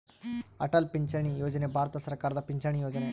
ಅಟಲ್ ಪಿಂಚಣಿ ಯೋಜನೆ ಭಾರತ ಸರ್ಕಾರದ ಪಿಂಚಣಿ ಯೊಜನೆ